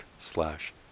slash